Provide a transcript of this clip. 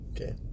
Okay